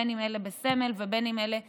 אם אלה בסמל ואם אלה הפרטיים.